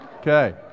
Okay